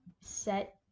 set